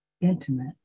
intimate